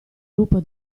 lupo